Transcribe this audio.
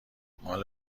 مال